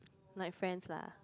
my friends lah